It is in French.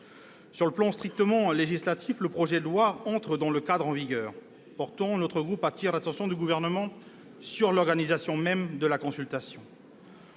Sur le plan strictement législatif, le projet de loi organique entre dans le cadre en vigueur. Pourtant, notre groupe attire l'attention du Gouvernement sur l'organisation même de la consultation.